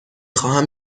خواهم